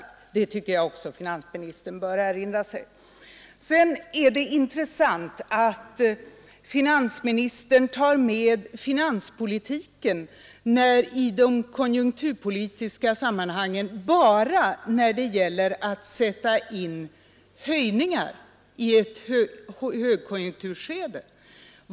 Det tycker jag att finansministern också bör erinra sig. Det är intressant att finansministern tar med finanspolitiken i de konjunkturpolitiska sammanhangen bara när det gäller att sätta in höjningar i ett högkonjunkturskede.